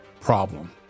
problem